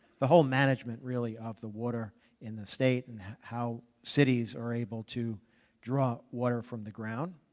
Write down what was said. the whole management really of the water in the state and how cities are able to draw water from the ground.